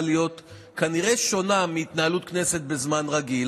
להיות כנראה שונה מהתנהלות הכנסת בזמן רגיל.